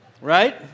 Right